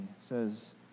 says